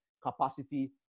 capacity